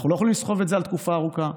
אנחנו לא יכולים לסחוב את זה תקופה ארוכה.